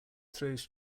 throws